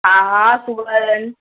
हा हा सूआ आहिनि